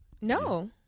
No